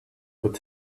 could